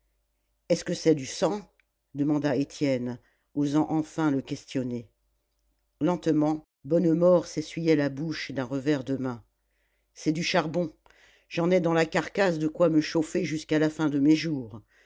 est-ce que c'est du sang demanda étienne osant enfin le questionner lentement bonnemort s'essuyait la bouche d'un revers de main c'est du charbon j'en ai dans la carcasse de quoi me chauffer jusqu'à la fin de mes jours